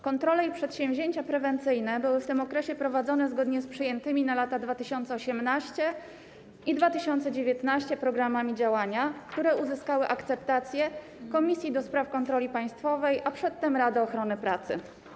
Kontrole i przedsięwzięcia prewencyjne były w tym okresie prowadzone zgodnie z przyjętymi na lata 2018 i 2019 programami działania, które uzyskały akceptację Komisji do Spraw Kontroli Państwowej, a przedtem Rady Ochrony Pracy.